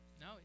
No